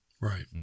Right